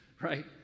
right